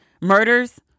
Murders